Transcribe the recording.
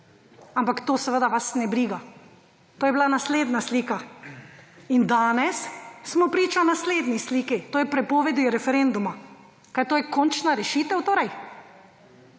Ampak to seveda vas ne briga. To je bila naslednja slika. Danes smo priča naslednji sliki. To je prepovedi referenduma. A to je končna rešitev?